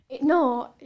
No